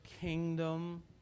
kingdom